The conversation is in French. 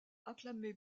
acclamé